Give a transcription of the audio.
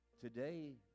Today